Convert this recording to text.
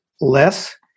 less